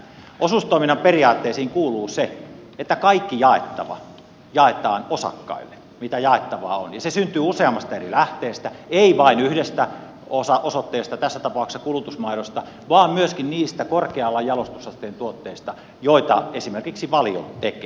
osuustoiminnan periaatteisiin kuuluu se että kaikki jaettava jaetaan osakkaille mitä jaettavaa on ja se syntyy useammasta eri lähteestä ei vain yhdestä osoitteesta tässä tapauksessa kulutusmaidosta vaan myöskin niistä korkeamman jalostusasteen tuotteista joita esimerkiksi valio tekee